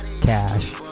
cash